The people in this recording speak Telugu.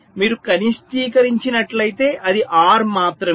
మీరు కనిష్టీకరించినట్లయితే అది or మాత్రమే